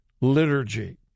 liturgy